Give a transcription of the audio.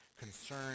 concern